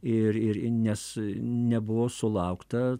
ir ir nes nebuvo sulaukta